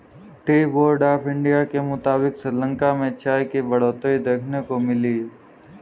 T board of India के मुताबिक़ श्रीलंका में चाय की बढ़ोतरी देखने को मिली है